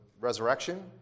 resurrection